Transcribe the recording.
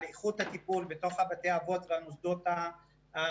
איכות הטיפול בתוך בתי האבות ובמוסדות האלה.